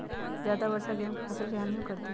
ज्यादा वर्षा गेंहू के फसल के हानियों करतै?